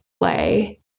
play